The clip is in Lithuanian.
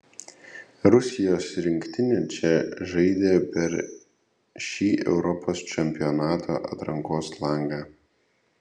rusijos rinktinė čia žaidė per šį europos čempionato atrankos langą